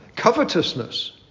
Covetousness